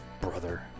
brother